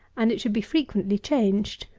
and it should be frequently changed.